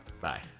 Bye